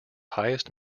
highest